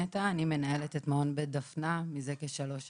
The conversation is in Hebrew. מזה כשלוש שנים.